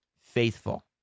faithful